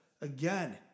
Again